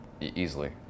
easily